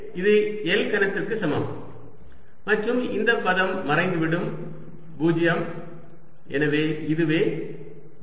எனவே இது L கனத்துக்கு சமம் மற்றும் இந்த பதம் மறைந்துவிடும் 0 எனவே இதுவே விடை